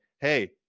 hey